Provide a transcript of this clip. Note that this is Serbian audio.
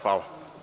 Hvala.